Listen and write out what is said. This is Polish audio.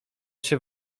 się